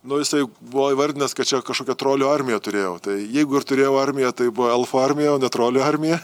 nu jisai buvo įvardinęs kad čia kažkokią trolių armiją turėjau tai jeigu ir turėjau armiją tai buvo elfų armija o ne trolių armija